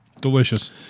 Delicious